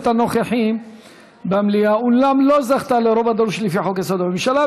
הנוכחים במליאה אולם לא זכתה לרוב הדרוש לפי חוק-יסוד: הממשלה,